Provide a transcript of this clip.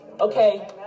okay